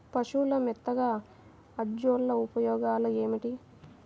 పశువుల మేతగా అజొల్ల ఉపయోగాలు ఏమిటి?